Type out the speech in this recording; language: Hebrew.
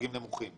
דירוגים נמוכים.